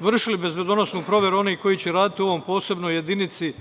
vršili bezbedonosnu proveru onih koji će raditi u ovoj posebnoj jedinici